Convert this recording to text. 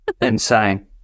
Insane